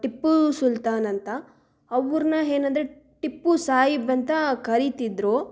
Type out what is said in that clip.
ಟಿಪ್ಪು ಸುಲ್ತಾನ್ ಅಂತ ಅವ್ರನ್ನ ಏನಂದ್ರೆ ಟಿಪ್ಪು ಸಾಯೀಬ್ ಅಂತ ಕರೀತಿದ್ರು